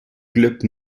club